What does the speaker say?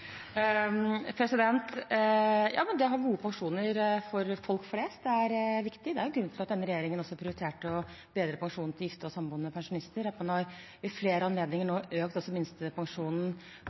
Det å ha gode pensjoner for folk flest er viktig. Det er jo grunnen til at denne regjeringen prioriterte å bedre pensjonen til gifte og samboende pensjonister, at man ved flere anledninger nå har økt